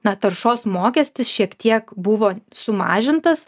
na taršos mokestis šiek tiek buvo sumažintas